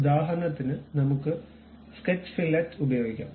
ഉദാഹരണത്തിന് നമുക്ക് sketch fillet ഉപയോഗിക്കാം